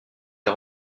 est